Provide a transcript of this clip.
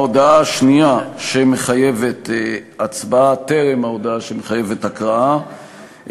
ההודעה השנייה שמחייבת הצבעה טרם ההודעה שמחייבת הקראה,